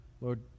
Lord